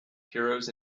heroes